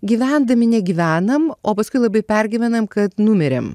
gyvendami negyvenam o paskui labai pergyvenam kad numirėm